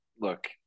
Look